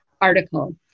article